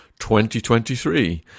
2023